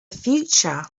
future